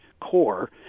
core